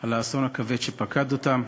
על האסון הכבד שפקד אותן,